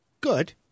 good